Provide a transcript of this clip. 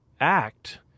act